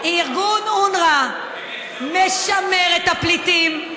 ארגון אונר"א משמר את הפליטים,